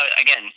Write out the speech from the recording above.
again